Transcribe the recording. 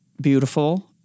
beautiful